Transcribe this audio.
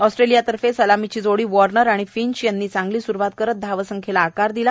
Australia तर्फे सलामीची जोडी वॉर्नर आणि फिंच यांनी चांगली स्रवात करून धाव संख्येला आकार दिला